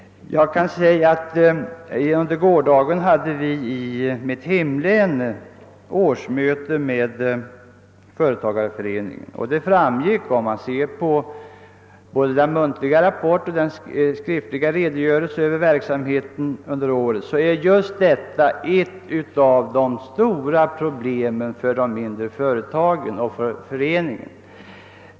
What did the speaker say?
Under gårdagen höll företagareföreningen i mitt hemlän årsmöte, och både av den muntliga rapporten och av den skriftliga redogörelsen för verksamheten under året framgick det, att just den ordning som nu råder är ett av de stora problemen för de mindre: företagen och för föreningen.